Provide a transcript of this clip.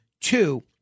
Two